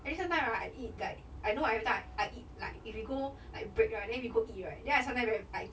and then sometime right I eat like I know everytime I eat like if you go like break right then we go eat right then I sometime very like